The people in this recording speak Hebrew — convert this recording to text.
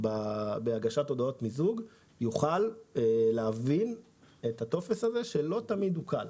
בהגשת טופסי מיזוג יוכלו להבין את הטופס שלא תמיד הוא קל.